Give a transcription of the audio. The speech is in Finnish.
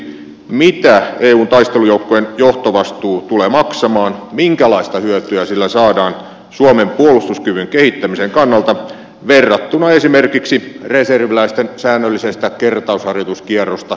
mitä eun taistelujoukkojen johtovastuu tulee maksamaan minkälaista hyötyä sillä saadaan suomen puolustuskyvyn kehittämisen kannalta verrattuna esimerkiksi reserviläisten säännöllisestä kertausharjoituskierrosta saavutettavaan hyötyyn